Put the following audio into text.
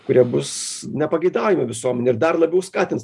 kurie bus nepageidaujami visuomenę ir dar labiau skatins